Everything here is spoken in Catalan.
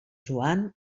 joan